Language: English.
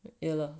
ya lor